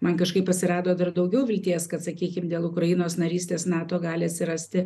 man kažkaip atsirado dar daugiau vilties kad sakykim dėl ukrainos narystės nato gali atsirasti